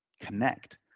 connect